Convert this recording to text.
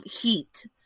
heat